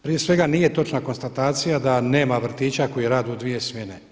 Prije svega nije točna konstatacija da nema vrtića koji rade u dvije smjene.